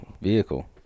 vehicle